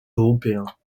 européens